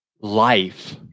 Life